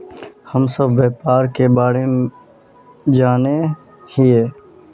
हम सब व्यापार के बारे जाने हिये?